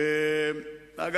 אדוני,